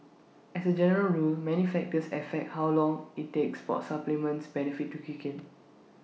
as A general rule many factors affect how long IT takes for A supplement's benefits to kick in